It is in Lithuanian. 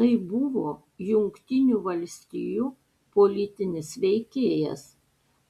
tai buvo jungtinių valstijų politinis veikėjas